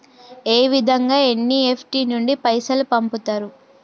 ఏ విధంగా ఎన్.ఇ.ఎఫ్.టి నుండి పైసలు పంపుతరు?